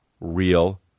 real